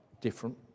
different